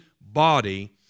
body